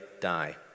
die